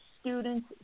students